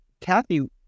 Kathy